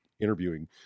interviewing